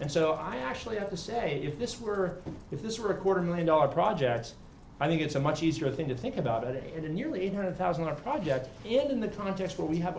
and so i actually have to say if this were if this were a quarter million dollar projects i think it's a much easier thing to think about it in the nearly eight hundred thousand are project in the context where we have